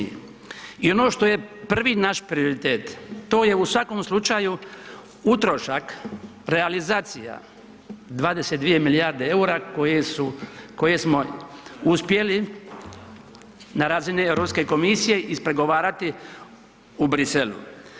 I ono što je prvi naš prioritet, to je u svakom slučaju utrošak, realizacija 22 milijarde eura koje smo uspjeli na razini Europske komisije ispregovarati u Bruxellesu.